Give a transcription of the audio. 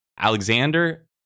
Alexander